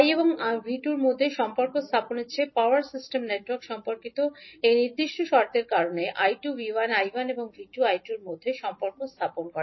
𝐈1 এবং 𝐕2 এর মধ্যে সম্পর্ক স্থাপনের চেয়ে পাওয়ার সিস্টেম নেটওয়ার্ক সম্পর্কিত এই নির্দিষ্ট শর্তের কারণে 𝐈2 𝐕1 𝐈1 এবং 𝐕2 −𝐈2 এর মধ্যে সম্পর্ক স্থাপন করে